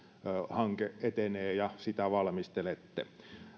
hanke etenee ja sitä valmistelette